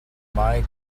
mai